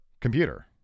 computer